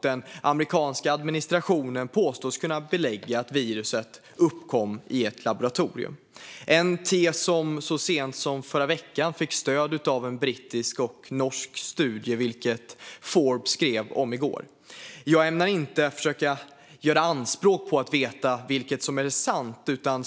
Den amerikanska administrationen påstår sig kunna belägga att viruset uppkom i ett laboratorium, en tes som så sent som förra veckan fick stöd av en brittisk och en norsk studie, vilket Forbes skrev om i går. Jag ämnar inte göra anspråk på att veta vilket av det som är sant.